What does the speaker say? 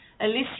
Alicia